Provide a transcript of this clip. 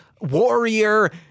Warrior